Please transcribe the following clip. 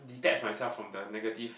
detach myself from the negative